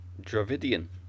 Dravidian